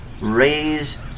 raise